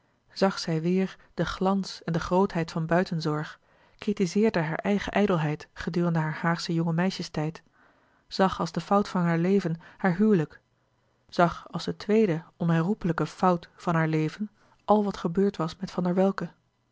zag zij weêr den glans en de grootheid van buitenzorg kritizeerde hare eigene ijdelheid gedurende hare haagsche jonge meisjes tijd zag als de fout van haar leven haar huwelijk zag als de tweede onherroepelijke fout van haar leven al wat gebeurd was met van der welcke